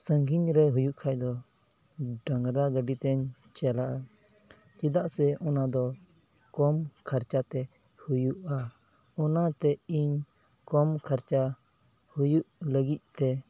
ᱥᱟᱺᱜᱤᱧᱼᱨᱮ ᱦᱩᱭᱩᱜ ᱠᱷᱟᱡ ᱫᱚ ᱰᱟᱝᱨᱟ ᱜᱟᱹᱰᱤᱛᱮᱧ ᱪᱟᱞᱟᱜᱼᱟ ᱪᱮᱫᱟᱜ ᱥᱮ ᱚᱱᱟᱫᱚ ᱠᱚᱢ ᱠᱷᱚᱨᱪᱟᱛᱮ ᱦᱩᱭᱩᱜᱼᱟ ᱚᱱᱟᱛᱮ ᱤᱧ ᱠᱚᱢ ᱠᱷᱚᱨᱪᱟ ᱦᱩᱭᱩᱜ ᱞᱟᱹᱜᱤᱫᱼᱛᱮ